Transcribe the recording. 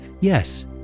Yes